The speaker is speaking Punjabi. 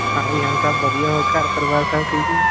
ਹਾਂਜੀ ਹਾਂ ਸਭ ਵਧੀਆ ਹੋਰ ਘਰ ਪਰਿਵਾਰ ਸਭ ਠੀਕ ਜੀ